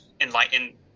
enlighten